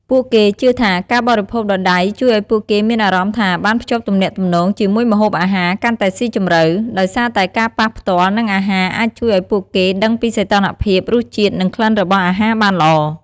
ពួកគេជឿថាការបរិភោគដោយដៃជួយឱ្យពួកគេមានអារម្មណ៍ថាបានភ្ជាប់ទំនាក់ទំនងជាមួយអាហារកាន់តែស៊ីជម្រៅ ដោយសារតែការប៉ះផ្ទាល់នឹងអាហារអាចជួយឱ្យពួកគេដឹងពីសីតុណ្ហភាព រសជាតិ និងក្លិនរបស់អាហារបានល្អ។